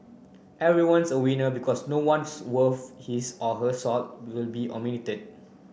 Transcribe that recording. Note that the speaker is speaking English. everyone's a winner because no one's worth his or her salt will be omitted